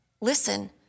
Listen